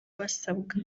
basabwa